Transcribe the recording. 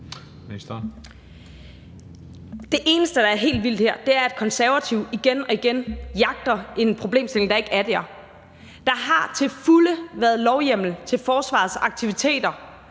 Det eneste, der er helt vildt her, er, at Konservative igen og igen jagter en problemstilling, der ikke er der. Der har til fulde været lovhjemmel til forsvarets aktiviteter,